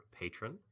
patron